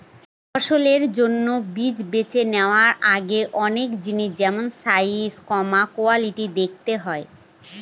ফসলের জন্য বীজ বেছে নেওয়ার আগে অনেক জিনিস যেমল সাইজ, কোয়ালিটি দেখতে হয়